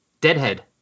Deadhead